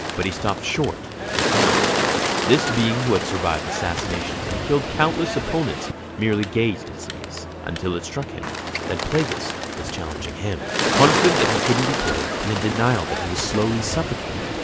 but he stopped short defending himself. this being who had survived assassinations and killed countless opponents merely gazed at sidious. until it struck him that plagueis was challenging him. confident that he couldn't be killed and in denial that he was slowly suffocating.